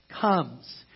comes